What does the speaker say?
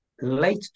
Late